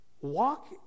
Walk